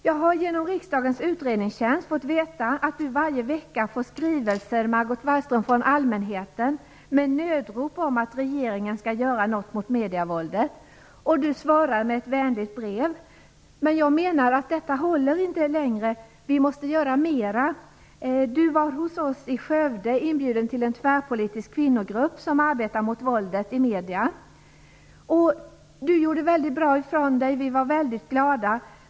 Jag har genom riksdagens utredningstjänst fått veta att Margot Wallström varje vecka får skrivelser från allmänheten med nödrop om att regeringen skall göra något mot medievåldet. Margot Wallström svarar med ett vänligt brev. Men detta håller inte längre. Vi måste göra mera. Margot Wallström var hos oss i Skövde inbjuden till en tvärpolitisk kvinnogrupp som arbetar mot våldet i medierna. Margot Wallström gjorde då en mycket bra insats. Vi var väldigt glada.